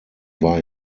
war